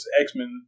X-Men